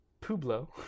Pueblo